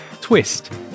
twist